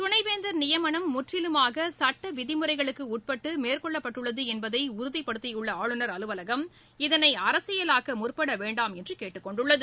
துணைவேந்தர் நியமனம் முற்றிலுமாக சட்ட விதிமுறைகளுக்கு உட்பட்டு மேற்கொள்ளப்பட்டுள்ளது என்பதை உறுதிப்படுத்தியுள்ள ஆளுநர் அலுவலகம் இதனை அரசியலாக்க முற்பட வேண்டாம் என்று கேட்டுக் கொண்டுள்ளது